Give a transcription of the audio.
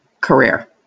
career